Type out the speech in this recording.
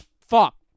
fuck